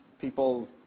people